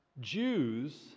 Jews